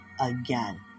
again